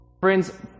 Friends